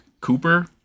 Cooper